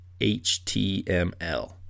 html